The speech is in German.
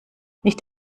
nicht